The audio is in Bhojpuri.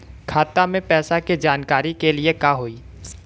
खाता मे पैसा के जानकारी के लिए का होई?